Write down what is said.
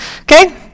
Okay